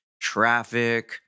traffic